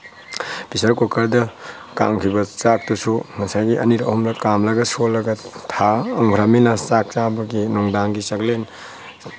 pressure ꯀꯨꯀꯦꯔꯗ ꯀꯥꯝꯈꯤꯕ ꯆꯥꯛꯇꯨꯁꯨ ꯉꯁꯥꯏꯒꯤ ꯑꯅꯤꯔꯛ ꯑꯍꯨꯝꯂꯛ ꯀꯥꯝꯂꯒ ꯁꯣꯜꯂꯒ ꯊꯝꯈ꯭ꯔꯕꯅꯤꯅ ꯆꯥꯛ ꯆꯥꯕꯒꯤ ꯅꯨꯡꯗꯥꯡꯒꯤ ꯆꯥꯛꯂꯦꯟ